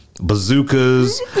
bazookas